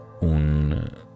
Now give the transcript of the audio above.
un